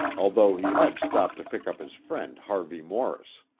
although he had stopped to pick up his friend harvey morris.